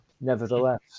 Nevertheless